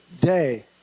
day